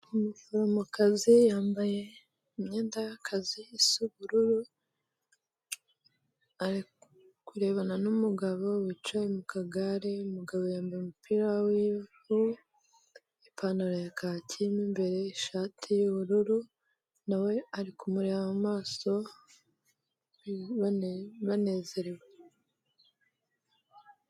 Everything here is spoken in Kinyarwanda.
Umufomokazi yambaye imyenda y'akazi isa ubururu, ari kurebana n'umugabo wicaye mu kagare, umugabo yambaye umupira w'ivu ipantaro ya kaki mo imbere ishati y'ubururu nawe ari kumureba amaso banezerewe.